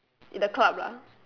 in the club lah